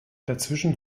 dazwischen